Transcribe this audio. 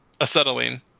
acetylene